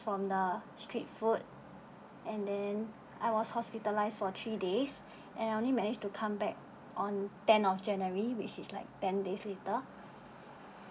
from the street food and then I was hospitalised for three days and I only managed to come back on tenth of january which is like ten days later